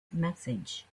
message